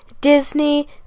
Disney